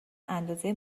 اندازه